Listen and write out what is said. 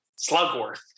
slugworth